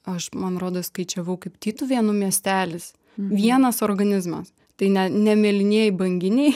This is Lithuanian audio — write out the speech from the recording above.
aš man rodos skaičiavau kaip tytuvėnų miestelis vienas organizmas tai ne ne mėlynieji banginiai